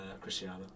Cristiano